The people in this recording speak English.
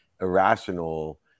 irrational